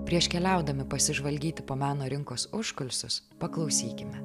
prieš keliaudami pasižvalgyti po meno rinkos užkulisius paklausykime